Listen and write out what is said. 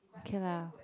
okay lah